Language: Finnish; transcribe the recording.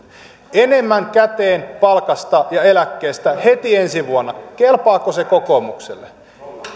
enemmän käteen palkasta ja eläkkeistä heti ensi vuonna kelpaako se kokoomukselle vielä